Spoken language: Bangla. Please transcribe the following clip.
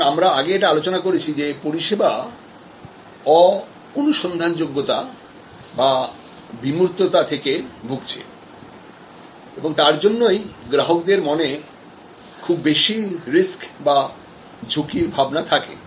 কারণ আমরা আগে এটা আলোচনা করেছি যে পরিষেবা সবসময় চোখের সামনে দেখা যাবে না বা অনুভব করা যাবে না এবং তার জন্যইগ্রাহকদের মনে খুব বেশি রিস্ক বাঝুঁকির ভাবনাথাকে